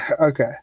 Okay